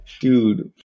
Dude